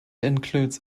includes